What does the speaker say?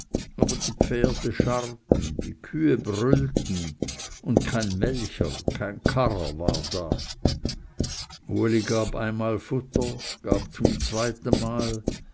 aber die pferde scharrten die kühe brüllten und kein melcher kein karrer waren da uli gab einmal futter gab zum zweitenmal